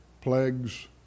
plagues